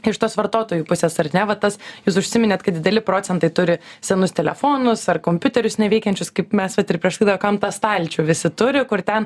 iš tos vartotojų pusės ar ne va tas jūs užsiminėt kad dideli procentai turi senus telefonus ar kompiuterius neveikiančius kaip mes vat ir prieš laidą juokavom tą stalčių visi turi kur ten